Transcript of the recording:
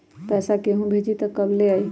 पैसा केहु भेजी त कब ले आई?